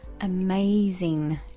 amazing